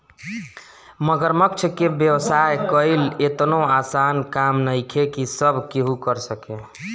मगरमच्छ के व्यवसाय कईल एतनो आसान काम नइखे की सब केहू कर सके